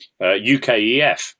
UKEF